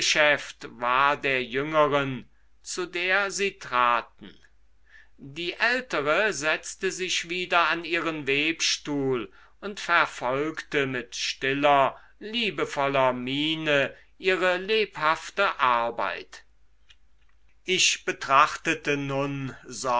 war der jüngeren zu der sie traten die ältere setzte sich wieder an ihren weberstuhl und verfolgte mit stiller liebevoller miene ihre lebhafte arbeit ich betrachtete nun